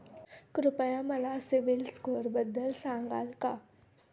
कृपया मला सीबील स्कोअरबद्दल सांगाल का?